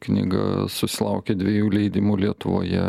knyga susilaukė dviejų leidimų lietuvoje